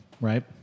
right